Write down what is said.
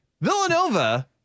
Villanova